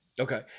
okay